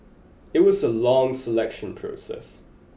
it was a long selection process